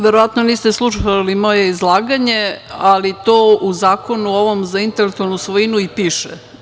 Verovatno niste slušali moje izlaganje, ali to u Zakonu za intelektualnu svojinu i piše.